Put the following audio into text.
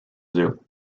zoo